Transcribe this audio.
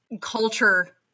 culture